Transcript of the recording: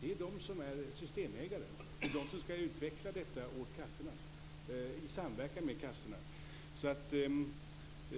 Det är det som är systemägare och skall utveckla detta åt kassorna i samverkan med kassorna. Det är